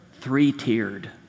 Three-tiered